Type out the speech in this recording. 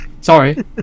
Sorry